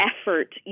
effort